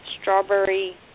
strawberry